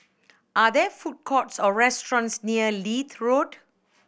are there food courts or restaurants near Leith Road